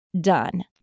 done